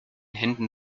händen